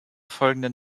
folgenden